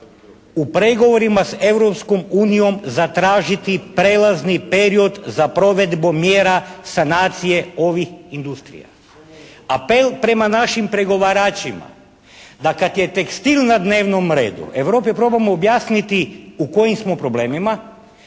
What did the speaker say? u pregovorima s Europskom unijom zatražiti prelazni period za provedbu mjera sanacije ovih industrija. Apel prema našim pregovaračima da kad je tekstil na dnevnom redu Europi probamo objasniti u kojim smo problemima,